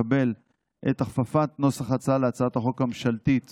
לקבל את הכפפת נוסח ההצעה להצעת החוק הממשלתית